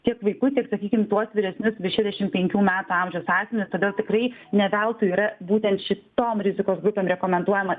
tiek vaikų tiek sakykim tuos vyresnius virš šešiasdešim penkių metų amžiaus asmenis todėl tikrai ne veltui yra būtent šitom rizikos grupėm rekomenduojama